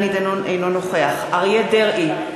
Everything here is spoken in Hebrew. אינו נוכח אריה דרעי,